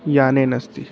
यानेन अस्ति